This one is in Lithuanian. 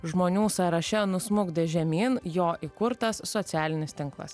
žmonių sąraše nusmukdė žemyn jo įkurtas socialinis tinklas